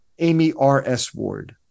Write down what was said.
amyrsward